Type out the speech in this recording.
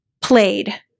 played